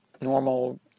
normal